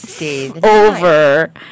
over